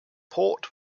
port